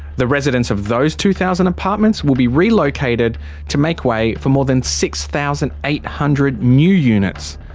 the residents of those two thousand apartments will be relocated to make way for more than six thousand eight hundred new units.